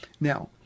Now